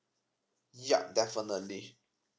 yup definitely